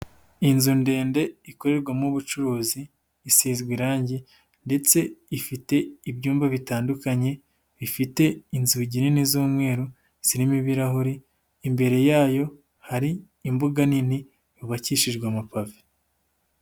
Inzu ndende ikorerwamo ubucuruzi, isizwe irangi ndetse ifite ibyumba bitandukanye, ifite inzugi nini z'umweru zirimo ibirahuri, imbere yayo hari imbuga nini yubakishijwe amapavi.